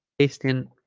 paste in